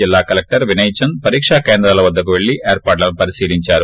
జిల్లా కలెక్లర్ వినయచంద్ పరీక్ష కేంద్రాల వద్దకు పెళ్లి ఏర్పాట్లను పరిశీలించారు